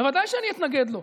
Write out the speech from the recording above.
בוודאי שאני אתנגד לו.